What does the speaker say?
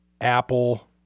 Apple